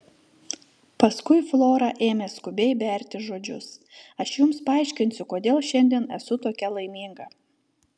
paskui flora ėmė skubiai berti žodžius aš jums paaiškinsiu kodėl šiandien esu tokia laiminga